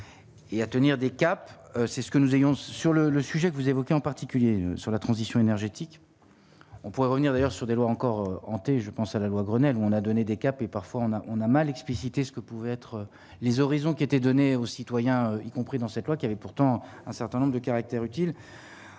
Et à tenir des caps, c'est ce que nous ayons sur le le sujet que vous évoquez, en particulier sur la transition énergétique, on pourrait revenir d'ailleurs sur des lois, encore hanté, je pense à la loi Grenelle, on a donné des CAP et parfois on a, on a mal expliciter ce que pouvaient être les horizons qui était donnée aux citoyens, y compris dans cette loi, qui avait pourtant un certain nombre de caractères utile